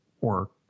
work